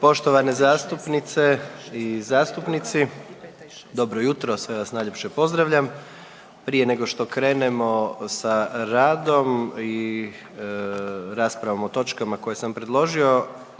Poštovane zastupnice i zastupnici, dobro jutro, sve vas najljepše pozdravljam. Prije nego što krenemo sa radom i raspravom o točkama koje sam predložio,